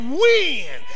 win